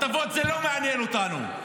הטבות זה לא מעניין אותנו.